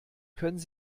können